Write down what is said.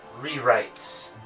rewrites